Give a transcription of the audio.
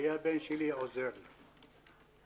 בן שלי עזר לי,